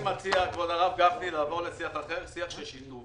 אני מציע לעבור לשיח של שיתוף